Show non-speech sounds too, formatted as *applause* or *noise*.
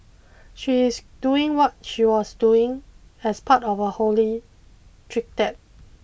she is doing what she was doing as part of a holy *unintelligible*